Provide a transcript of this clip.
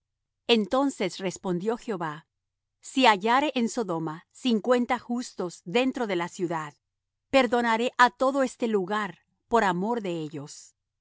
entonces respondió jehová si hallare en sodoma cincuenta justos dentro de la ciudad perdonaré á todo este lugar por amor de ellos